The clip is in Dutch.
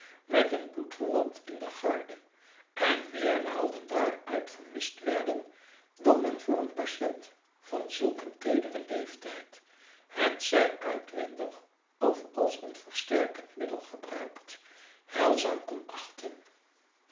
met een bloedverwant in de garde en meer naalden daaruit vermist werden dan men voor een patient van zulk een teederen leeftijd hetzij uitwendig of als een versterkend middel gebruikt heilzaam kon achten